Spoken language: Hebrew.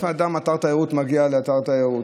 איפה אדם מגיע לאתר תיירות?